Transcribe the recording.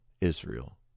Israel